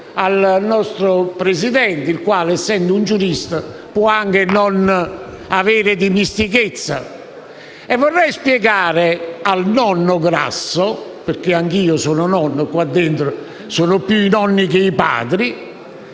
al nostro Presidente, il quale, essendo un giurista, può anche non avere dimestichezza. E vorrei spiegare al nonno Grasso - sono anch'io nonno, qua dentro sono più i nonni che i padri